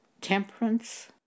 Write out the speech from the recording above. temperance